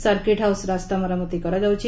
circuit house ରାସ୍ତା ମରାମତି କରାଯାଉଛି